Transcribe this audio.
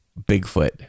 Bigfoot